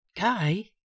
Guy